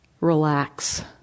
relax